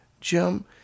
Jim